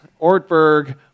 Ortberg